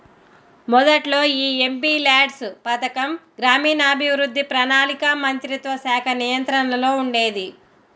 మొదట్లో యీ ఎంపీల్యాడ్స్ పథకం గ్రామీణాభివృద్ధి, ప్రణాళికా మంత్రిత్వశాఖ నియంత్రణలో ఉండేది